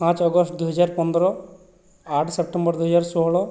ପାଞ୍ଚ ଅଗଷ୍ଟ ଦୁଇହଜାର ପନ୍ଦର ଆଠ ସେପ୍ଟେମ୍ବର ଦୁଇହଜାର ଷୋହଳ